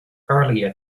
earlier